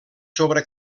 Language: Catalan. sobre